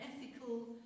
ethical